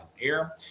air